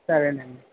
సరేనండి